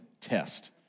Test